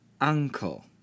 Uncle